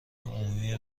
عمومی